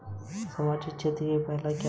सामाजिक क्षेत्र की पहल क्या हैं?